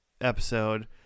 episode